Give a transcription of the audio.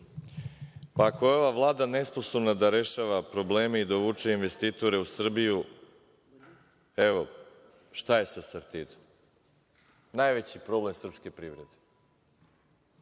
Ako je ova Vlada nesposobna da rešava probleme i da uvuče investitore u Srbiju, evo, šta je sa „Sartidom“? Najveći problem srpske privrede.